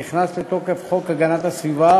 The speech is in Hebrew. אני מתכבדת להזמין את השר להגנת הסביבה